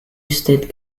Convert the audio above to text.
state